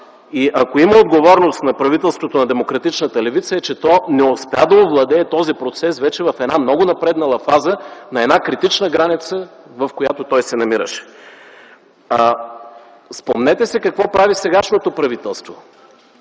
Ако има отговорност на правителството на демократичната левица, то е, че не успя да овладее този процес в една много напреднала фаза, на една критична граница, в която той се намираше. Спомнете си какво прави сегашното правителство.